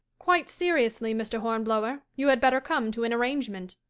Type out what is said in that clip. quite seriously, mr. hornblower, you had better come to an arrangement.